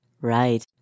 Right